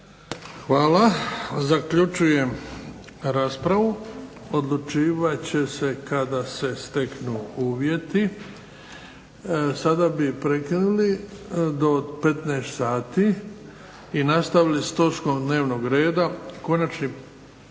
Hvala. Zaključujem raspravu. Odlučivat će se kada se steknu uvjeti. Sada bi prekinuli do 15 sati i nastavili s točkom dnevnog reda Konačni